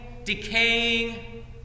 decaying